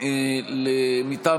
מטעם